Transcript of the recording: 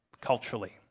culturally